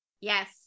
Yes